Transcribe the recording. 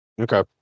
Okay